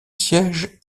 siège